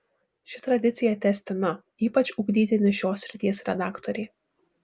ši tradicija tęstina ypač ugdytini šios srities redaktoriai